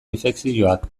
infekzioak